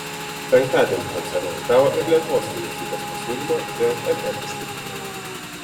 penktadienį koncernas gavo ir lietuvos vyriausybės pasiūlymą dėl mn išpirkimo